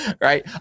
Right